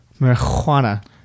Marijuana